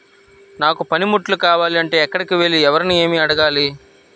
నాకు పనిముట్లు కావాలి అంటే ఎక్కడికి వెళ్లి ఎవరిని ఏమి అడగాలి?